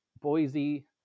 Boise